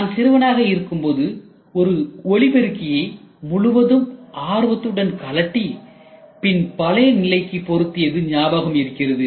நான் சிறுவனாக இருக்கும்போது ஒரு ஒலிபெருக்கியை முழுவதும் ஆர்வத்துடன் கழட்டி பின் பழைய நிலைக்கு பொருத்தியது ஞாபகம் இருக்கிறது